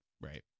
Right